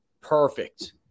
perfect